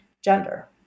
gender